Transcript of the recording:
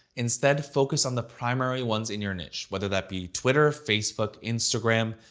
instead, focus on the primary ones in your niche whether that be twitter, facebook, instagram,